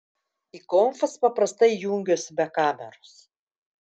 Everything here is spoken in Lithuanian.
į konfas paprastai jungiuosi be kameros